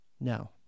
No